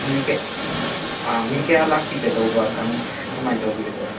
ꯃꯤ ꯀꯌꯥ ꯃꯤ ꯀꯌꯥ ꯂꯥꯛꯄꯤꯒꯗꯕ ꯀꯔꯝ ꯀꯃꯥꯏꯅ ꯇꯧꯕꯤꯒꯗꯕꯔꯥ